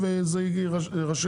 זה, וזה יירשם.